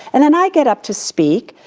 and then i get up to speak.